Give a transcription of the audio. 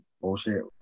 bullshit